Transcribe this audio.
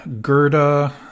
Gerda